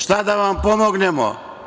Šta da vam pomognemo?